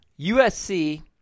USC